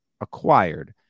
acquired